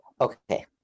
Okay